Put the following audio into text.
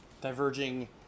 diverging